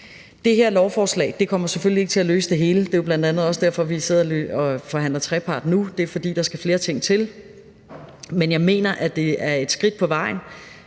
Det her lovforslag kommer selvfølgelig ikke til at løse det hele. Det er jo bl.a. også derfor, vi sidder og forhandler i trepart nu; det er, fordi der skal flere ting til, men jeg mener, at det er et skridt på vejen,